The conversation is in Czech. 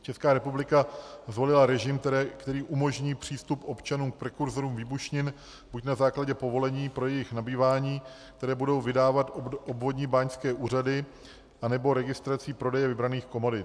Česká republika zvolila režim, který umožní přístup občanům k prekurzorům výbušnin buď na základě povolení pro jejich nabývání, které budou vydávat obvodní báňské úřady, anebo registrací prodeje vybraných komodit.